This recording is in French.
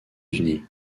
unis